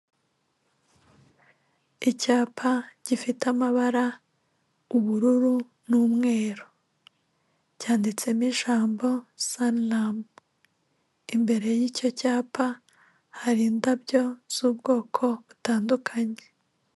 Icyapa gifite amabara ubururu n'umweru cyanditsemo ijambo saniramu, imbere y'icyo cyapa hari indabyo z'ubwoko butandukanye.